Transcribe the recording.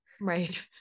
Right